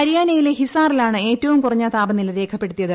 ഹരിയാനയിലെ ഹിസാറിലാണ് ഷ്കറ്റ്വും കുറഞ്ഞ താപനില രേഖപ്പെടുത്തിയത്